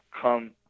come